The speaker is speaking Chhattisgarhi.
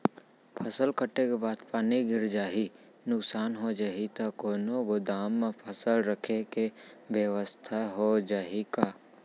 फसल कटे के बाद पानी गिर जाही, नुकसान हो जाही त कोनो गोदाम म फसल रखे के बेवस्था हो जाही का?